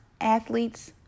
athletes